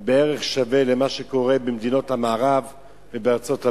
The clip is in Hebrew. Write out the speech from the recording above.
בערך שווה למה שקורה במדינות המערב ובארצות-הברית.